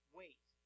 wait